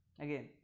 Again